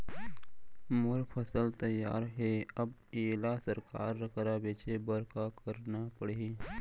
मोर फसल तैयार हे अब येला सरकार करा बेचे बर का करना पड़ही?